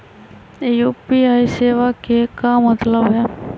UPI सेवा के का मतलब है?